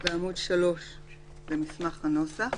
זה לא היה צריך